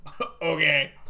Okay